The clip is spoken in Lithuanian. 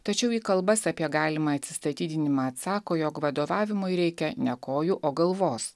tačiau į kalbas apie galimą atsistatydinimą atsako jog vadovavimui reikia ne kojų o galvos